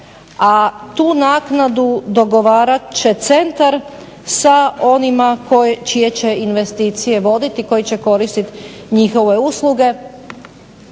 a tu naknadu dogovarat će centar sa onima čije će investicije voditi i koji će koristiti njihove usluge.